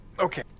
okay